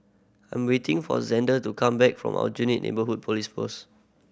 I am waiting for Zander to come back from Aljunied Neighbourhood Police Post